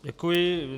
Děkuji.